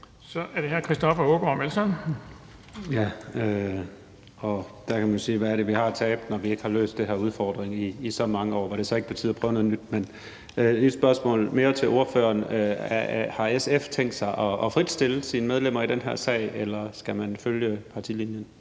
Kl. 15:56 Christoffer Aagaard Melson (V): Der kan man sige: Hvad er det, vi har at tabe, når vi ikke har løst den her udfordring i så mange år? Var det så ikke på tide at prøve noget nyt? Men jeg har et spørgsmål mere til ordføreren. Har SF tænkt sig at fritstille sine medlemmer i den her sag, eller skal man følge partilinjen?